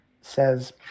says